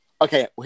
okay